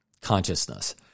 consciousness